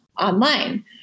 online